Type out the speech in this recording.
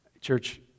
church